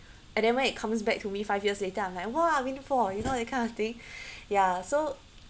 and then when it comes back to me five years later I'm like !wah! windfall you know that kind of thing ya so